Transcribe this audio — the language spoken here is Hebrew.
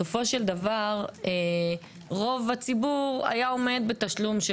בסופו של דבר רוב הציבור היה עומד בתשלום של